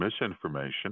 misinformation